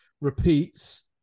Repeats